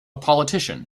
politician